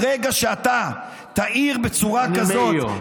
ברגע שאתה תעיר בצורה כזאת, אני מעיר.